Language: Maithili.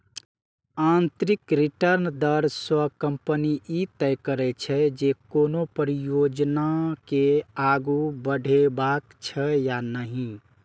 आंतरिक रिटर्न दर सं कंपनी ई तय करै छै, जे कोनो परियोजना के आगू बढ़ेबाक छै या नहि